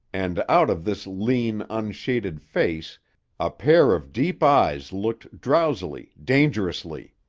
and out of this lean, unshaded face a pair of deep eyes looked drowsily, dangerously.